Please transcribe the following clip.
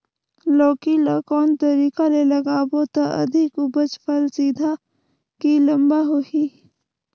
लौकी ल कौन तरीका ले लगाबो त अधिक उपज फल सीधा की लम्बा होही?